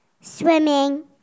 Swimming